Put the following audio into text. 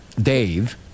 Dave